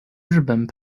日本